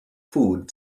food